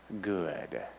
good